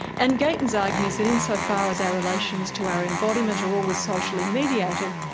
and gatens argues that insofar as our relations to our embodiment are always socially mediated,